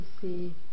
see